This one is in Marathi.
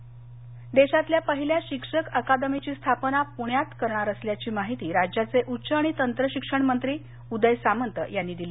रत्नागिरी देशातल्या पहिल्या शिक्षक अकादमीची स्थापना पुण्यात करणार असल्याची माहिती राज्याचे उच्च आणि तंत्रशिक्षण मंत्री उदय सामंत यांनी दिली